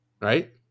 Right